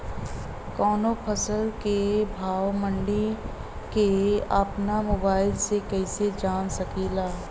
कवनो फसल के भाव मंडी के अपना मोबाइल से कइसे जान सकीला?